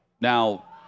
now